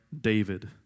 David